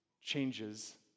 changes